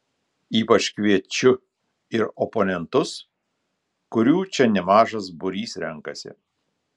ypač kviečiu ir oponentus kurių čia nemažas būrys renkasi